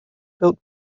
built